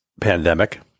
pandemic